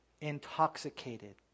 intoxicated